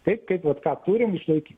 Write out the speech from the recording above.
taip kaip vat ką turim išlaikyt